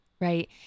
right